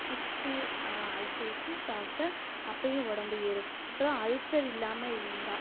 சுக்கு அது சேர்த்து சாப்பிட்டா அப்போயும் உடம்பு ஏறும் அப்புறம் அல்சர் இல்லாமல் இருந்தால்